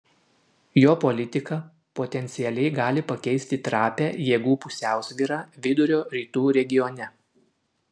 jo politika potencialiai gali pakeisti trapią jėgų pusiausvyrą vidurio rytų regione